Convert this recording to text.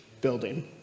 building